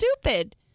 stupid